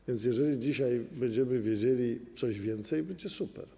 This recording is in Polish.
A więc jeżeli dzisiaj będziemy wiedzieli coś więcej, to będzie super.